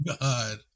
God